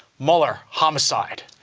mueller, homicide.